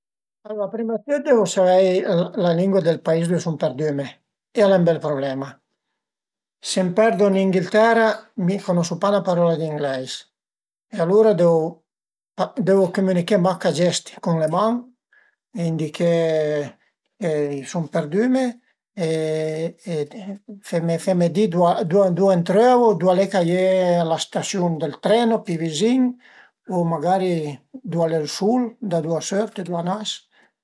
Alura prima dë tüt deu savei la lingua dël pais ëndua sum perdüme e al e ün bel problema, se m'perdu ën Inghiltera mi cunosu pa 'na parola d'ingleis e alura deu cumüniché mach a gesti cun le man e indiché che m'sun perdüme e feme feme di ëndua m'trövu, ëndua al e ch'a ie la stasiun dël treno pi vizin o magari ëndua al e ël sul, da ëndua a sört, ëndua a nas